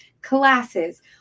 classes